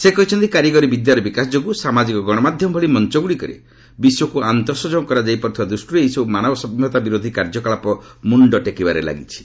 ସେ କହିଛନ୍ତି କାରିଗରି ବିଦ୍ୟାର ବିକାଶ ଯୋଗୁଁ ସାମାଜିକ ଗଣମାଧ୍ୟମ ଭଳି ମଞ୍ଚଗୁଡ଼ିକରେ ବିଶ୍ୱକୁ ଆନ୍ତଃସଂଯୋଗ କରାଯାଇପାରୁଥିବା ଦୃଷ୍ଟିରୁ ଏହିସବୁ ମାନବ ସଭ୍ୟତା ବିରୋଧି କାର୍ଯ୍ୟକଳାପ ମୁଣ୍ଡ ଟେକିବାରେ ଲାଗିଛି